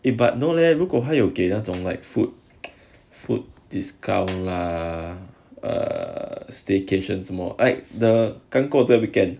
err like no leh 他有给那种 like fruit fruit err staycation like 什么刚过这 weekend